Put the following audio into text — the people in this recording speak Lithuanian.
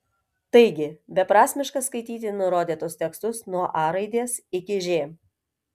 taigi beprasmiška skaityti nurodytus tekstus nuo a raidės iki ž